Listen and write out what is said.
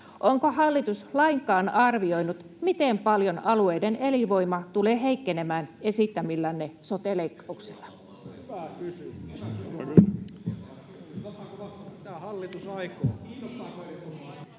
onko hallitus lainkaan arvioinut, miten paljon alueiden elinvoima tulee heikkenemään esittämillänne sote-leikkauksilla?